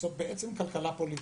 זאת בעצם תקלה פוליטית.